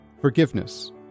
forgiveness